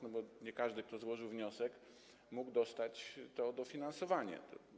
Nie każdy, kto złożył wniosek, mógł dostać to dofinansowanie.